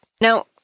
Now